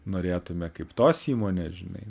norėtume kaip tos įmonės žinai